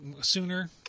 sooner